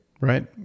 Right